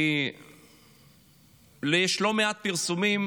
כי יש לא מעט פרסומים